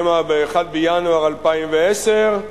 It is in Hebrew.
שמא ב-1 בינואר 2010,